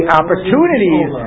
opportunities